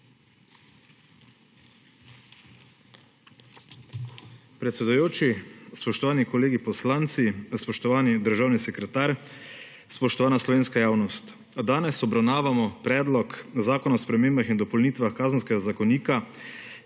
Predsedujoči, spoštovani kolegi poslanci, spoštovani državni sekretar, spoštovana slovenska javnost! Danes obravnavamo predlog zakona o spremembah in dopolnitvah kazenska zakonika,